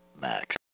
Max